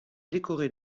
décoré